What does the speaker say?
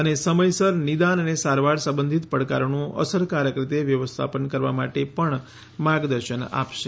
અને સમયસર નિદાન અને સારવાર સંબંધીત પડકારોનું અસરકારક રીતે વ્યવસ્થાપન કરવા માટે પણ માર્ગદર્શન આપશે